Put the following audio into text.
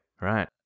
Right